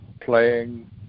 playing